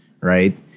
right